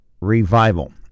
revival